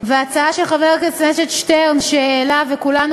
וההצעה שחבר הכנסת שטרן העלה וכולנו